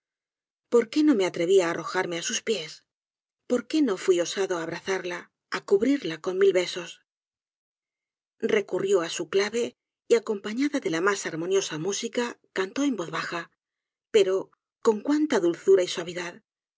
por qué no me atreví á arrojarme á sus pies por qué no fui osado á abrazarla á cubrirla con mil besos recurrió á su clave y acompañada déla mas armoniosa música cantó en voz baja pero con cuánta dulzura y suavidad